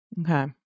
Okay